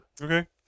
Okay